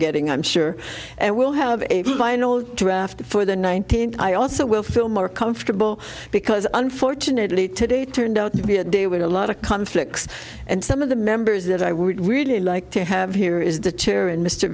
getting i'm sure and we'll have a final draft for the nineteenth i also will feel more comfortable because unfortunately today turned out to be a day with a lot of conflicts and some of the members that i would really like to have here is the chair and mr